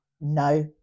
no